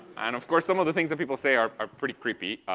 and, of course, some of the things that people say are are pretty creepy.